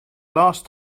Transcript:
last